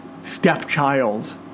stepchild